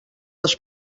les